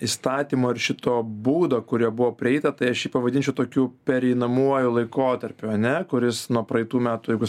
įstatymo ir šito būdo kurio buvo prieita tai aš jį pavadinčiau tokiu pereinamuoju laikotarpiu ane kuris nuo praeitų metų jeigu